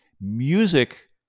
music